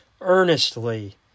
earnestly